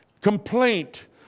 complaint